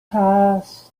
passed